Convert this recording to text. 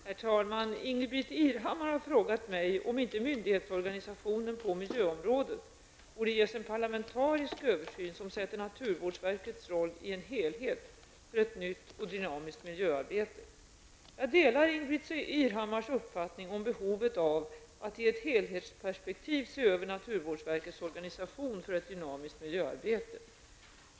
Herr talman! Ingbritt Irhammar har frågat mig om inte myndighetsorganisationen på miljöområdet borde ges en parlamentarisk översyn som sätter naturvårdsverkets roll i en helhet för ett nytt och dynamiskt miljöarbete. Jag delar Ingbritt Irhammars uppfattning om behovet av att i ett helhetsperspektiv se över naturvårdsverkets organisation för ett dynamiskt miljöarbete.